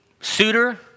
suitor